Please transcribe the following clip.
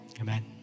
Amen